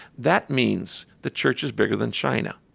that means the church is bigger than china